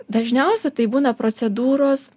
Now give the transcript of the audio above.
dažniausia tai būna procedūros